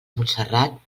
montserrat